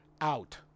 out